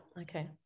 okay